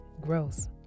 gross